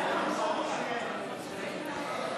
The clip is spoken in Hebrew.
הציוני להביע אי-אמון בממשלה לא נתקבלה.